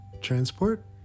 transport